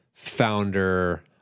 founder